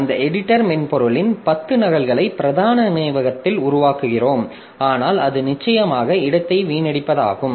அந்த எடிட்டர் மென்பொருளின் 10 நகல்களை பிரதான நினைவகத்தில் உருவாக்குகிறோம் ஆனால் அது நிச்சயமாக இடத்தை வீணடிப்பதாகும்